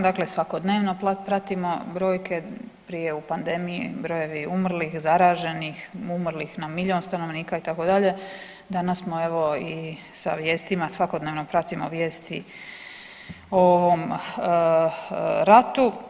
Dakle, svakodnevno pratimo brojke, prije u pandemiji brojevi umrlih, zaraženih, umrlih na milion stanovnika itd., danas smo evo i sa vijestima svakodnevno pratimo vijesti o ovom ratu.